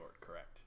correct